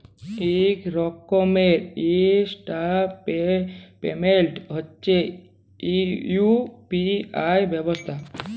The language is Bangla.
ইক রকমের ইলটারলেট পেমেল্ট হছে ইউ.পি.আই ব্যবস্থা